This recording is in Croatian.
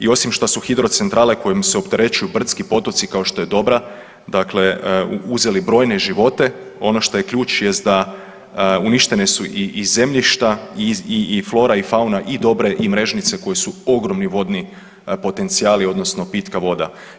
I osim što su hidrocentrale kojim se opterećuju brdski potoci kao što je Dobra dakle uzeli brojne živote ono što je ključ jest da uništene su i zemljišta i flora i fauna i Dobre i Mrežnice koje su ogromni vodni potencijali odnosno pitka voda.